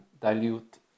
dilute